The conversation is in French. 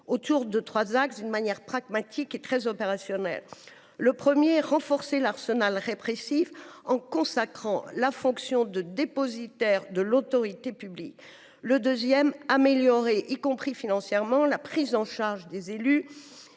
autour de trois axes, de manière pragmatique et très opérationnelle. Le premier axe consiste à renforcer l’arsenal répressif en consacrant la fonction de dépositaire de l’autorité publique ; le deuxième, à améliorer, y compris financièrement, la prise en charge des élus